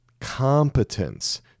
competence